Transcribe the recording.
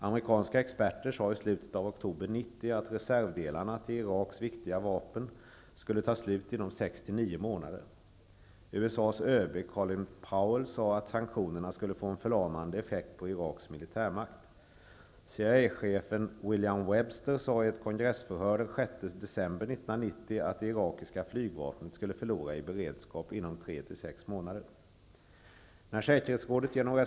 Amerikanska experter sade i slutet av oktober 1990 att reservdelarna till Iraks viktiga vapen skulle ta slut inom sex--nio månader. USA:s ÖB Colin Powell sade att sanktionerna skulle få en förlamande effekt på Iraks militärmakt. CIA-chefen William Webster sade i ett kongressförhör den 6 december 1990 att det irakiska flygvapnet skulle förlora i beredskap inom tre--sex månader.